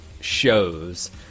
shows